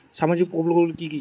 সামাজিক প্রকল্প গুলি কি কি?